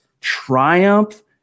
triumph